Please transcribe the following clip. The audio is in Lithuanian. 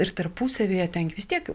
ir tarpusavyje ten gi vis tiek